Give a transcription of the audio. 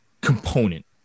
component